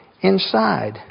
inside